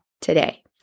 today